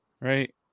Right